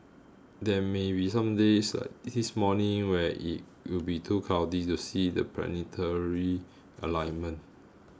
there may be some days like this morning where it will be too cloudy to see the planetary alignment